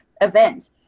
event